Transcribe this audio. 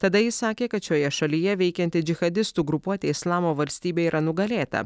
tada jis sakė kad šioje šalyje veikianti džichadistų grupuotė islamo valstybė yra nugalėta